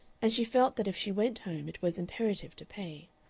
and she felt that if she went home it was imperative to pay.